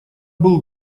был